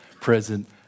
present